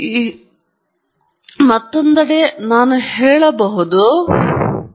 ಅದು ನಿಮ್ಮ ಉಲ್ಲೇಖ ಆಪರೇಟಿಂಗ್ ಪಾಯಿಂಟ್ನಿಂದ ಎಷ್ಟು ದೂರದಲ್ಲಿದೆ ಸಾಮಾನ್ಯವಾಗಿ ಸ್ಥಿರ ಸ್ಥಿತಿಯಂತೆ ಆಯ್ಕೆಮಾಡಲಾಗಿದೆ